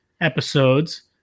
episodes –